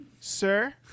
Sir